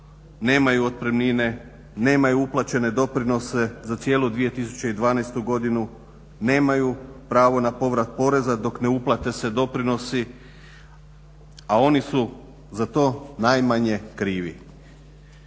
nemaju otpremnine, nemaju uplaćene doprinose za cijelu 2012. godinu, nemaju pravo na povrat poreza dok ne uplate se doprinosi, a oni su za to najmanje krivi.